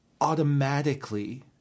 automatically